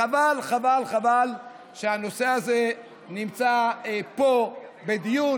חבל חבל חבל שהנושא הזה נמצא פה בדיון